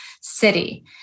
city